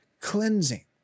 cleansing